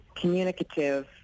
communicative